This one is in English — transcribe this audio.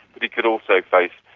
but he could also face,